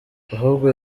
ahubwo